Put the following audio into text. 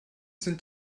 sind